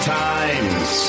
times